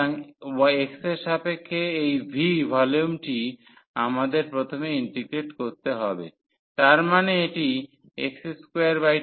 সুতরাং x এর সাপেক্ষে এই v ভলিউমটি আমাদের প্রথমে ইন্টিগ্রেট করতে হবে তার মানে এটি x22 হবে